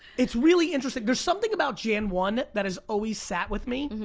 it's really interesting. there's something about jan one that has always sat with me.